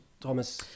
Thomas